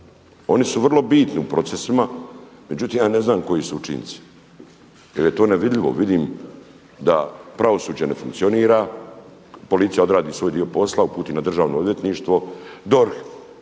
Oni su vrlo bitni u procesima, međutim ja ne znam koji su učinci jer je to nevidljivo. Vidim da pravosuđe ne funkcionira, policija odradi svoj dio posla, uputi na Državno odvjetništvo.